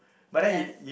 yes